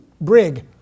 brig